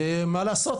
ומה לעשות,